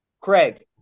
Craig